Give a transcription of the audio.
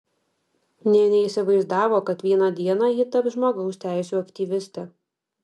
nė neįsivaizdavo kad vieną dieną ji taps žmogaus teisių aktyviste